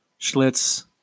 Schlitz